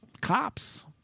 cops